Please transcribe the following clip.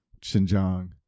Xinjiang